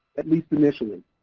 at least initially.